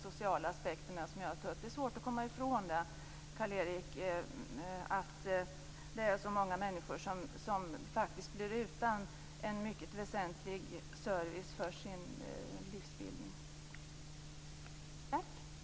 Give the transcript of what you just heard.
Till detta kommer de sociala aspekter som jag har tagit upp.